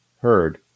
heard